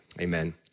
amen